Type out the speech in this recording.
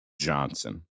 Johnson